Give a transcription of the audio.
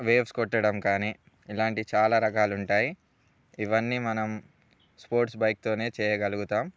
waves కొట్టడం కానీ ఇలాంటి చాలా రకాలుంటాయి ఇవన్నీ మనం స్పోర్ట్స్ బైక్తోనే చేయగలుగుతాం